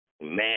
Man